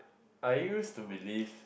I used to believe